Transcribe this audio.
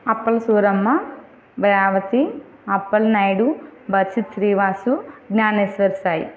Appala Suramma Revathi Appalanaidu Bachchu Srivasu Gnaneshwar Sai